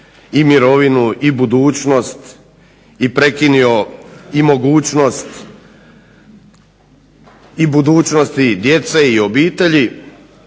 i mirovinu i budućnost i prekinuo mogućnost i budućnosti djece i obitelji,